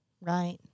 right